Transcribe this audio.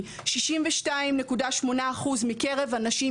כי 62.8% מקרב הנשים,